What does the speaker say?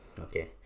okay